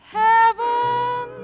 heaven